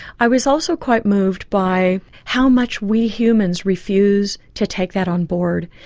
i was also quite moved by how much we humans refuse to take that on board,